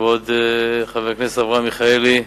כבוד חבר הכנסת אברהם מיכאלי,